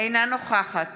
אינה נוכחת